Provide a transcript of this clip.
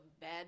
bad